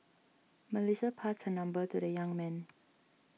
Melissa passed her number to the young man